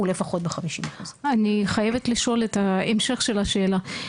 הוא לפחות 50%. אני חייבת לשאול את ההמשך של השאלה.